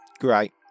Great